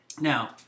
Now